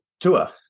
Tua